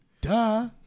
Duh